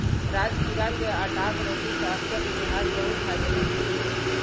राजगिरा के आटाक रोटी स्वास्थ्यक लिहाज बहुत फायदेमंद होइ छै